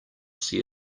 see